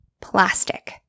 Plastic